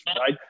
right